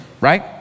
right